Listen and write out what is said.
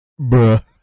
Bruh